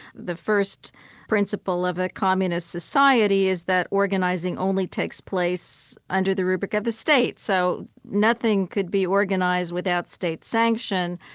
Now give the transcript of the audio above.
the first principle of a communist society is that organising only takes place under the rubric of the state. so nothing could be organised without state sanction.